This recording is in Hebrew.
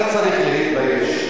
אתה צריך להתבייש.